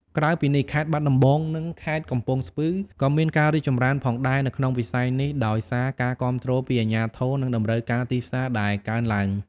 ក្រៅពីនេះ ខេត្តបាត់ដំបង និង ខេត្តកំពង់ស្ពឺ ក៏មានការរីកចម្រើនផងដែរនៅក្នុងវិស័យនេះដោយសារការគាំទ្រពីអាជ្ញាធរនិងតម្រូវការទីផ្សារដែលកើនឡើង។